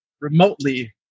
remotely